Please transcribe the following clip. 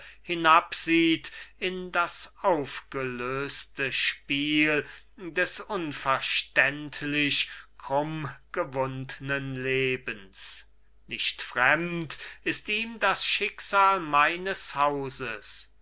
hinabsieht in das aufgelöste spiel des unverständlich krummgewundnen lebens nicht fremd ist ihm das schicksal meines hauses